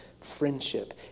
Friendship